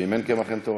ואם אין קמח אין תורה.